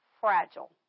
fragile